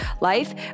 life